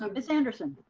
ah miss anderson.